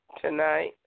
tonight